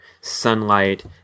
sunlight